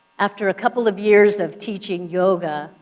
after a couple of years of teaching yoga,